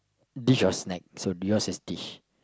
dish or snacks so yours is dish